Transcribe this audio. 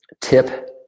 Tip